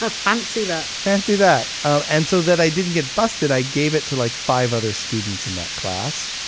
ah fancy that! fancy that. and so that i didn't get busted, i gave it to like five other students in that class.